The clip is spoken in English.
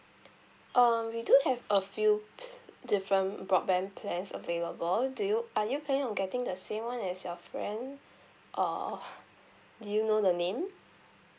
um we do have a few different broadband plans available do you are you planning on getting the same one as your friend or do you know the name